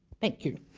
thank you!